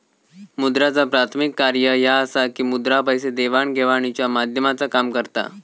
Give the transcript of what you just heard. मुद्राचा प्राथमिक कार्य ह्या असा की मुद्रा पैसे देवाण घेवाणीच्या माध्यमाचा काम करता